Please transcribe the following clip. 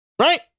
Right